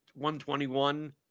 121